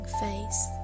face